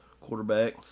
quarterback